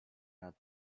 nad